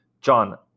John